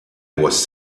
was